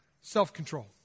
Self-control